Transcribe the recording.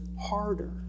harder